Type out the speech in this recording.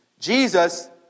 Jesus